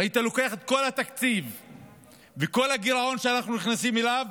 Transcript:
והיית לוקח את כל התקציב וכל הגירעון שאנחנו נכנסים אליו,